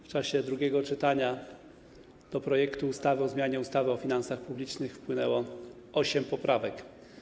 W czasie drugiego czytania do projektu ustawy o zmianie ustawy o finansach publicznych wpłynęło osiem poprawek.